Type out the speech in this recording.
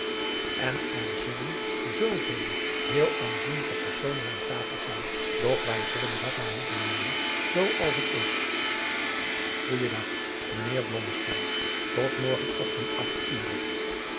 wezen en'er zullen zoovele heel aanzienlijke personen aan tafel zijn doch wij zullen dat maar moeten nemen zoo als het is goeden dag mijnheer blommesteyn tot morgen ochtend acht ure